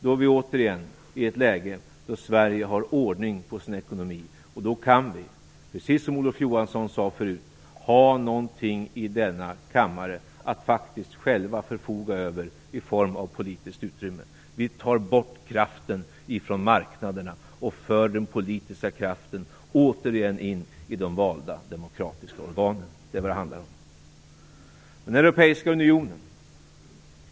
Då är vi återigen i ett läge där Sverige har ordning på sin ekonomi, och då kan vi, precis som Olof Johansson sade förut, faktiskt ha någonting att själva förfoga över i form av politiskt utrymme i denna kammare. Vi tar bort kraften från marknaderna och för åter in den politiska kraften i de valda demokratiska organen. Det är vad det handlar om. Så till den europeiska unionen.